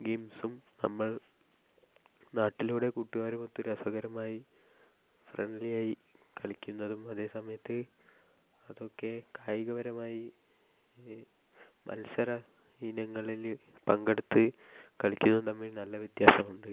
ഗെയിംസും നമ്മൾ നാട്ടിലൂടെ കൂട്ടുകാരുമൊത്ത് രസകരമായി ഫ്രണ്ട്ലിയായി കളിക്കുന്നതും അതേ സമയത്ത് അതൊക്കെ കായികപരമായി മത്സര ഇനങ്ങളില് പങ്കെടുത്ത് കളിക്കുന്നതും തമ്മിൽ നല്ല വ്യത്യാസമുണ്ട്